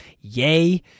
Yay